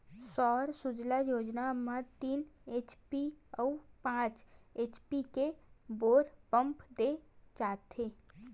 सौर सूजला योजना म तीन एच.पी अउ पाँच एच.पी के बोर पंप दे जाथेय